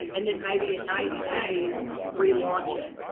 and then maybe in ninety days re-launch it.